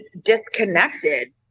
disconnected